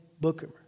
Booker